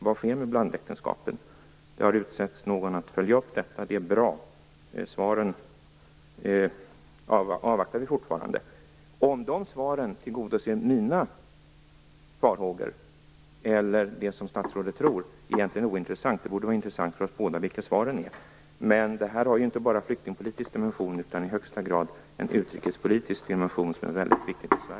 Vad sker med blandäktenskapen? Någon har utsetts till att följa upp detta, och det är bra. Vi avvaktar fortfarande svaren. Om de svaren tillgodoser mina farhågor eller det som statsrådet tror är egentligen ointressant. Det borde vara intressant för oss båda vilka svaren är. Men detta har ju inte bara en flyktingpolitisk dimension utan även i högsta grad en utrikespolitisk dimension, som är väldigt viktig för